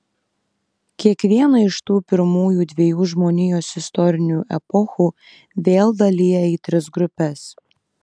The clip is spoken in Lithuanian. kiekvieną iš tų pirmųjų dviejų žmonijos istorinių epochų vėl dalija į tris grupes